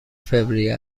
فوریه